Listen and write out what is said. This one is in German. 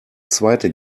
zweite